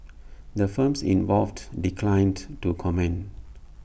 the firms involved declined to comment